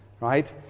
right